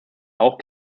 auch